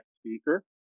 speaker